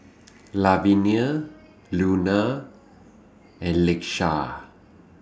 Lavinia Luna and Leisha